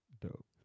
Dope